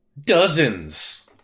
dozens